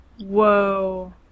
Whoa